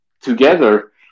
together